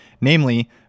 namely